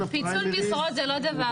פיצול משרות זה לא דבר נכון.